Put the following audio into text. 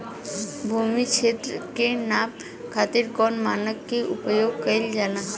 भूमि क्षेत्र के नापे खातिर कौन मानक के उपयोग कइल जाला?